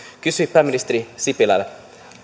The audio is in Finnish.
kysyn pääministeri sipilä